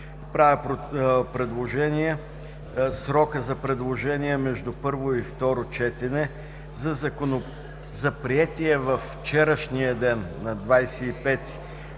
правя предложение срокът за предложения между първо и второ четене за приетия във вчерашния ден, на 25